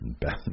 Best